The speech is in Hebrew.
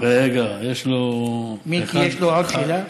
רגע, יש לו, מיקי, יש עוד שאלה?